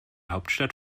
hauptstadt